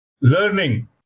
learning